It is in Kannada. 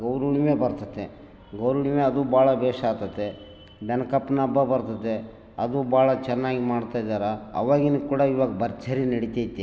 ಗೌರುಣಿವೆ ಬರ್ತದೆ ಗೌರುಣಿವೆ ಅದು ಭಾಳ ಭೇಷಾತತೆ ಬೆನಕಪ್ನ ಹಬ್ಬ ಬರ್ತದೆ ಅದು ಭಾಳ ಚೆನ್ನಾಗಿ ಮಾಡ್ತಾ ಇದಾರೆ ಅವಾಗಿನ ಕೂಡ ಇವಾಗ ಭರ್ಜರಿ ನಡಿತೈತೆ